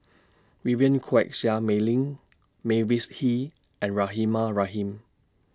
Vivien Quahe Seah Mei Lin Mavis Hee and Rahimah Rahim